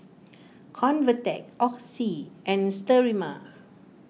Convatec Oxy and Sterimar